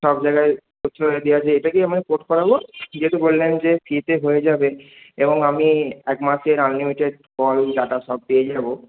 সব জায়গায় দেওয়া আছে এটাকেই মানে পোর্ট করাব যেহেতু বললেন যে ফ্রিতে হয়ে যাবে এবং আমি এক মাসের আনলিমিটেড কল ডাটা সব পেয়ে যাব